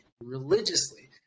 religiously